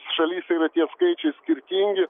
šalyse yra tie skaičiai skirtingi